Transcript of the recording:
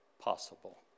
possible